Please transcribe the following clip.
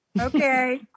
Okay